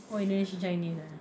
oh indonesian chinese ah